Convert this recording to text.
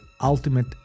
ultimate